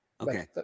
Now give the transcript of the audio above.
Okay